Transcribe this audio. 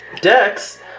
Dex